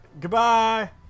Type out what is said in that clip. Goodbye